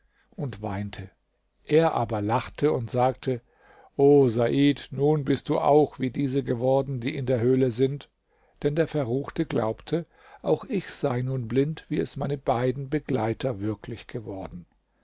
und weinte er aber lachte und sagte o said nun bist du auch wie diese geworden die in der höhle sind denn der verruchte glaubte auch ich sei nun blind wie es meine beiden begleiter wirklich geworden